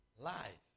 life